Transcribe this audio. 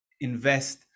invest